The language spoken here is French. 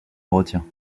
retient